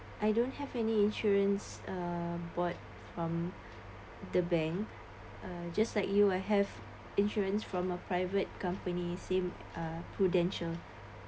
I don't have any insurances uh bought from the bank uh just like you I have insurance from a private company same uh prudential